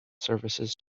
services